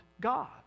God